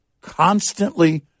constantly